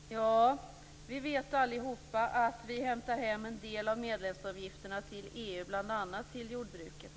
Herr talman! Vi vet allihop att vi hämtar hem en del av medlemsavgifterna till EU, bl.a. till jordbruket.